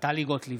טלי גוטליב,